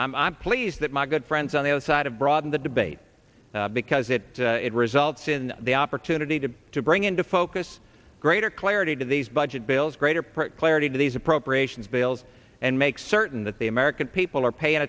i i'm pleased that my good friends on the other side of broad in the debate because it results in the opportunity to to bring into focus greater clarity to these budget bills greater part clarity to these appropriations bills and make certain that the american people are paying